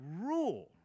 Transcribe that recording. rule